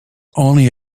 only